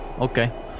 Okay